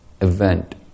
event